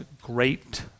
great